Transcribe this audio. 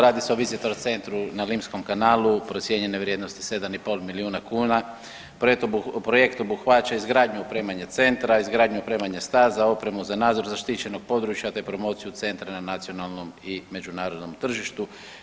Radi se o Vistor centru na Limskom kanalu procijenjene vrijednosti 7,5 milijuna kuna, projekt obuhvaća izgradnju i opremanje centra, izgradnju i opremanje staza, opremu za nadzor zaštićenog područja te promociju centra na nacionalnom i međunarodnom tržištu.